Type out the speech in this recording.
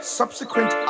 subsequent